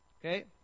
okay